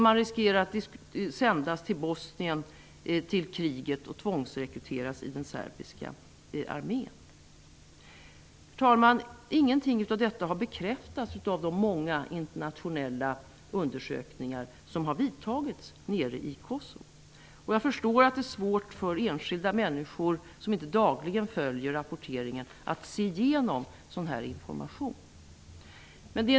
Man riskerar att sändas till kriget i Bosnien och tvångsrekryteras i den serbiska armén. Herr talman! Inget av detta har bekräftats av de många internationella undersökningar som har vidtagits nere i Kosovo. Jag förstår att det är svårt för enskilda människor som inte dagligen följer rapporteringen att se igenom sådan här information.